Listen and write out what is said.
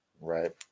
Right